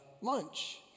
lunch